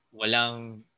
walang